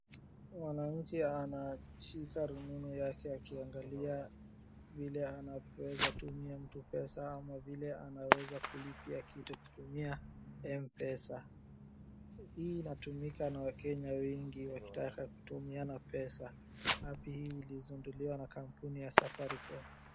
Mwananchi anashika rununu yake akiangalia vile anavyoweza tumia mtu pesa ama vile anaweza kulipia kitu kutumia M-PESA. Hii inatumika na Wakenya wengi wakitaka kutumiana pesa. App hii ilizinduliwa na kampuni ya Safaricom.